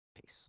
Peace